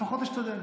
לפחות נשתדל.